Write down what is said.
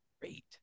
great